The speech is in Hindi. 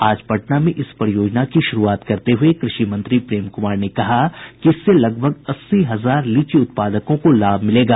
आज पटना में इस परियोजना की शुरूआत करते हुए कृषि मंत्री प्रेम कुमार ने कहा कि इससे लगभग अस्सी हजार लीची उत्पादकों को लाभ मिलेगा